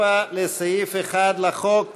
4, לסעיף 1 לחוק.